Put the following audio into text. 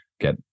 get